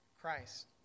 Christ